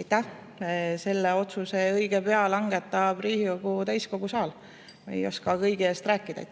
Aitäh! Selle otsuse õige pea langetab Riigikogu täiskogu saal, ma ei oska kõigi eest rääkida.